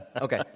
Okay